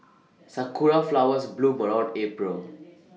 Sakura Flowers bloom around April